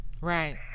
Right